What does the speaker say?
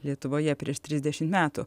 lietuvoje prieš trisdešim metų